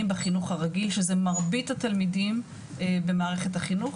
בחינוך הרגיל שזה מרבית התלמידים במערכת החינוך,